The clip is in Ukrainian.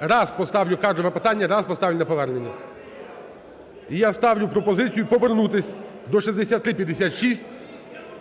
раз поставлю кадрове питання, раз поставлю на повернення. І я ставлю пропозицію повернутись до 6356,